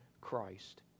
Christ